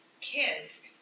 kids